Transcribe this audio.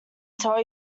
tell